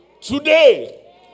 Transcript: today